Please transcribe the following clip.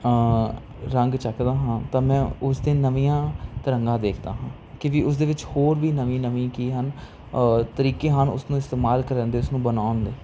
ਰੰਗ ਚੱਕਦਾ ਹਾਂ ਤਾਂ ਮੈਂ ਉਸ 'ਤੇ ਨਵੀਆਂ ਤਰੰਗਾਂ ਦੇਖਦਾ ਹਾਂ ਕਿ ਵੀ ਉਸਦੇ ਵਿੱਚ ਹੋਰ ਵੀ ਨਵੀਂ ਨਵੀਂ ਕੀ ਹਨ ਤਰੀਕੇ ਹਨ ਉਸ ਨੂੰ ਇਸਤੇਮਾਲ ਕਰਨ ਦੇ ਉਸਨੂੰ ਬਣਾਉਣ ਦੇ